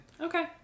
Okay